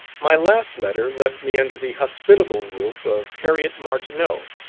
my last letter left me under the hospitable roof of harriet martineau.